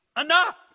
enough